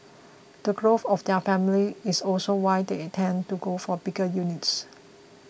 the growth of their families is also why they tend to go for bigger units